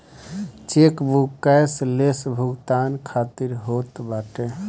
chequebook cashless भुगतान खातिर होत बाटे